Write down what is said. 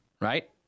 right